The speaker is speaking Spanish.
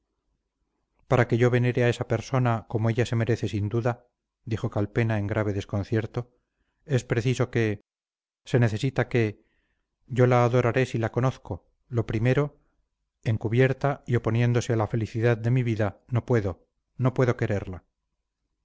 para que yo venere a esa persona como ella se merece sin duda dijo calpena en grave desconcierto es preciso que se necesita que yo la adoraré si la conozco lo primero encubierta y oponiéndose a la felicidad de mi vida no puedo no puedo quererla